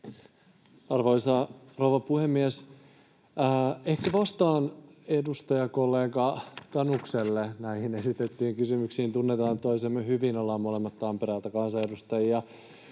Arvoisa rouva puhemies! Ehkä vastaan edustajakollega Tanukselle näihin esitettyihin kysymyksiin. Tunnetaan toisemme hyvin, ollaan molemmat Tampereelta kansanedustajia.